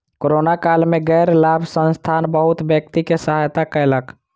corona काल में गैर लाभ संस्थान बहुत व्यक्ति के सहायता कयलक